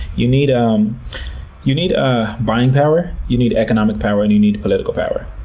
you need um you need ah buying power, you need economic power, and you need political power.